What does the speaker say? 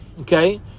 okay